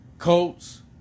Colts